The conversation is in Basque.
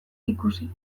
ikusi